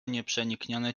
nieprzeniknione